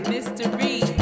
Mystery